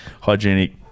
hygienic